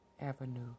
Avenue